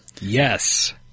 Yes